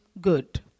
good